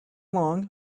long